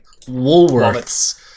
Woolworths